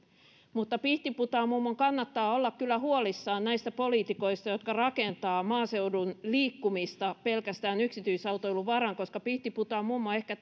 mutta pihtiputaanmummon kannattaa olla kyllä huolissaan näistä poliitikoista jotka rakentavat maaseudun liikkumista pelkästään yksityisautoilun varaan koska pihtiputaanmummo ehkä